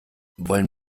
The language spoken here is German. wollen